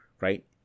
right